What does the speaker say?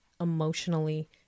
emotionally